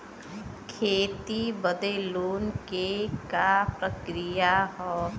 खेती बदे लोन के का प्रक्रिया ह?